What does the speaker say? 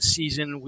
season